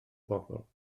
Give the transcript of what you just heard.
bobl